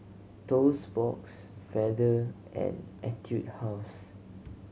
Toast Box Feather and Etude House